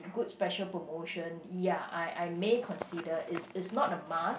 good special promotion ya I I may consider is it's not a must